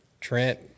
Trent